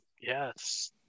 yes